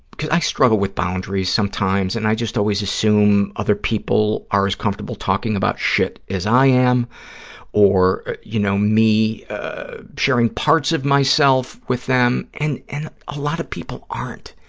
because i struggle with boundaries sometimes and i just always assume other people are as comfortable talking about shit as i am or, you know, me sharing parts of myself with them, and and a lot of people aren't.